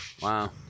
Wow